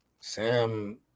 Sam